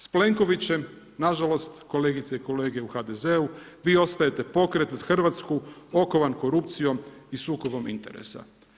S Plenkovićem nažalost kolegice i kolege u HDZ-u vi ostajete pokret za Hrvatsku okovan korupcijom i sukobom interesa.